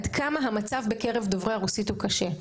עד כמה המצב בקרב דוברי הרוסית קשה.